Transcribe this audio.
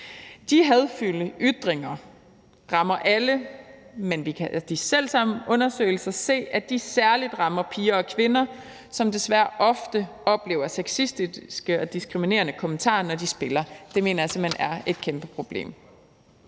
De hadefulde ytringer rammer alle, men vi kan af de selv samme undersøgelser se, at de særlig rammer piger og kvinder, som desværre ofte oplever sexistiske og diskriminerende kommentarer, når de spiller. Det mener jeg simpelt hen er et kæmpe problem.